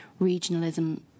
regionalism